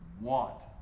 want